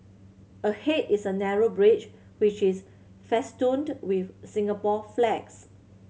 ahead is a narrow bridge which is festooned with Singapore flags